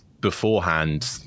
beforehand